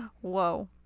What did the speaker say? Whoa